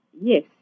Yes